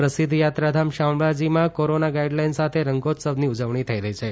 સુપ્રસિધ્ધ યાત્રાધામ શામળાજીમાં corona guideline સાથે રંગોત્સવની ઉજવણી થઈ રહી છે